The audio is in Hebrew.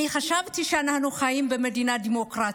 אני חשבתי שאנחנו חיים במדינה דמוקרטית.